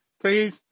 Please